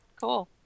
Cool